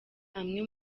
amwe